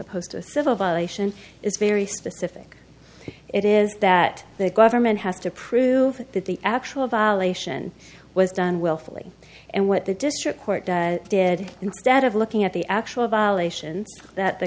opposed to a civil violation is very specific it is that the government has to prove that the actual violation was done willfully and what the district court did instead of looking at the actual violations that the